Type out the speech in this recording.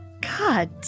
God